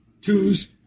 twos